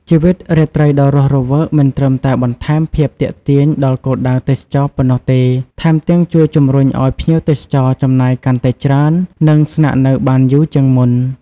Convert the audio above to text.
ជីវិតរាត្រីដ៏រស់រវើកមិនត្រឹមតែបន្ថែមភាពទាក់ទាញដល់គោលដៅទេសចរណ៍ប៉ុណ្ណោះទេ ថែមទាំងជួយជំរុញឱ្យភ្ញៀវទេសចរចំណាយកាន់តែច្រើន និងស្នាក់នៅបានយូរជាងមុន។